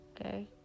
okay